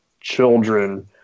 children